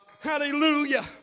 hallelujah